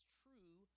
true